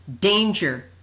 danger